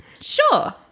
Sure